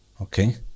Okay